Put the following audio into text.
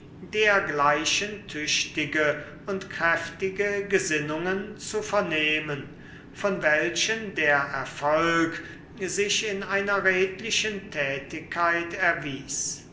dergleichen tüchtige und kräftige gesinnungen zu vernehmen von welchen der erfolg sich in einer redlichen tätigkeit erwies